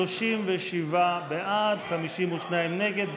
37 בעד, 52 נגד.